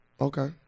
Okay